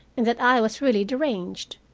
and that i was really deranged!